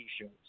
shows